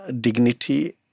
dignity